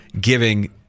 giving